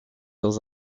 dans